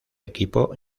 equipo